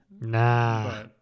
Nah